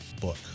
book